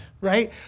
right